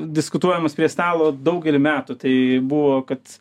diskutuojamas prie stalo daugelį metų tai buvo kad